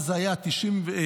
זה היה ב-2012